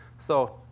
so,